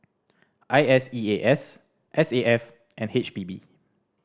I S E A S S A F and H P B